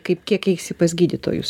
kaip kiek eisi pas gydytojus